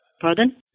Pardon